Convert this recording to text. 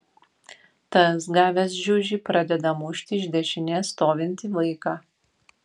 tas gavęs žiužį pradeda mušti iš dešinės stovintį vaiką